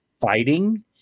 fighting